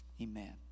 Amen